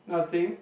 nothing